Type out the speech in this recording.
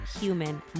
human